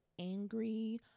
angry